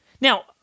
Now